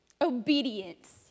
obedience